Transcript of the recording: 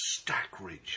Stackridge